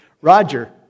Roger